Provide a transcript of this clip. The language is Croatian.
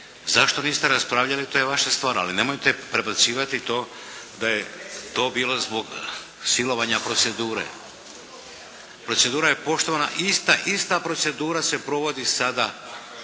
Zašto niste raspravljali to je vaša stvar. Ali nemojte prebacivati to da je to bilo zbog silovanja procedure. Procedura je poštovana, ista, ista procedura se provodi sada